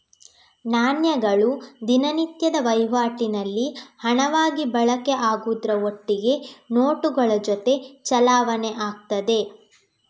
ನಾಣ್ಯಗಳು ದಿನನಿತ್ಯದ ವೈವಾಟಿನಲ್ಲಿ ಹಣವಾಗಿ ಬಳಕೆ ಆಗುದ್ರ ಒಟ್ಟಿಗೆ ನೋಟುಗಳ ಜೊತೆ ಚಲಾವಣೆ ಆಗ್ತದೆ